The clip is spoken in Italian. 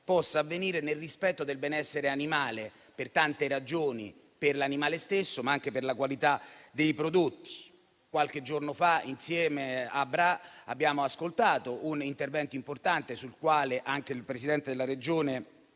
possa avvenire nel rispetto del benessere animale per tante ragioni; per l'animale stesso, ma anche per la qualità dei prodotti. Qualche giorno fa, a Bra, abbiamo ascoltato un intervento importante, sul quale anche il presidente della Regione,